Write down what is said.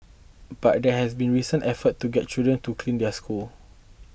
but there have been recent efforts to get children to clean their schools